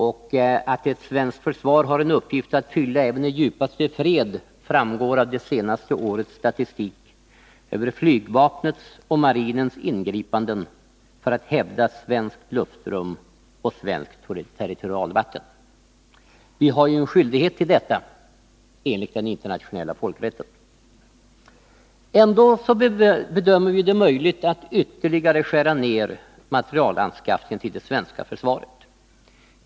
Och att ett svenskt försvar har en uppgift att fylla även i djupaste fred framgår av det senaste årets statistik över flygvapnets och marinens ingripanden för att hävda svenskt luftrum och svenskt territorialvatten. Vi har ju skyldighet till detta enligt den internationella folkrätten. Ändå bedömer vi ju det möjligt att ytterligare skära ned anskaffningen av materiel till det svenska försvaret.